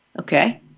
Okay